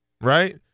right